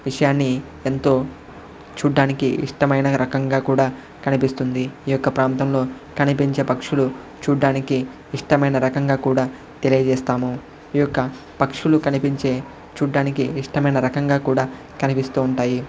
విషయాన్ని ఎంతో చూడ్డానికి ఇష్టమైన రకంగా కూడా కనిపిస్తుంది ఈ యొక్క ప్రాంతంలో కనిపించే పక్షులు చూడ్డానికి ఇష్టమైన రకంగా కూడా తెలియజేస్తాము ఈ యొక్క పక్షులు కనిపించే చూడటానికి ఇష్టమైన రకంగా కూడా కనిపిస్తూ ఉంటాయి